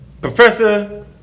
Professor